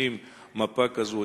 מפה כזאת,